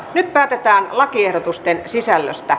nyt päätetään lakiehdotusten sisällöstä